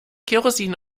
kerosin